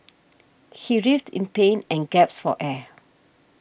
he writhed in pain and gasped for air